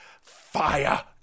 fire